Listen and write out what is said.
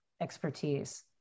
expertise